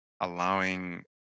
allowing